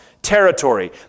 Territory